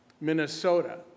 Minnesota